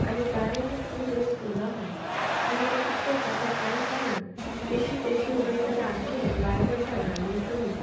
आनी जाय तो फूड वेस्ट उलो आहा आनी तें कित कोरपा ते कांय कळना एशी तेशी उडोयली जाल्यार आख्खे एनवायरमेंटाक घाण येतोली